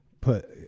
put